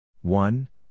One